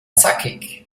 zackig